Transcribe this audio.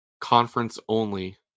conference-only